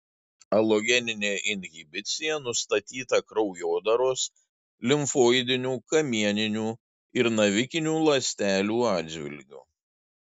alogeninė inhibicija nustatyta kraujodaros limfoidinių kamieninių ir navikinių ląstelių atžvilgiu